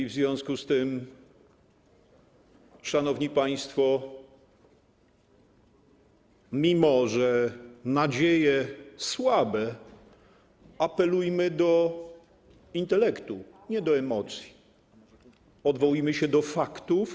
W związku z tym, szanowni państwo, mimo że nadzieje słabe, apelujmy do intelektu, nie do emocji, odwołujmy się do faktów.